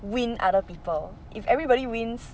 win other people if everybody wins